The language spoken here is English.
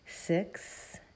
six